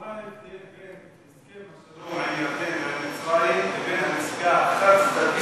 מה ההבדל בין הסכם השלום עם ירדן ומצרים לבין נסיגה חד-צדדית?